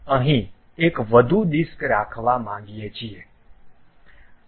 હવે આપણે અહીં એક વધુ ડિસ્ક રાખવા માગીએ છીએ